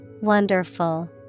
Wonderful